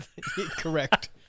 Correct